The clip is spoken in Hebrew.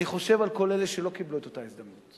אני חושב על כל אלה שלא קיבלו את אותה הזדמנות.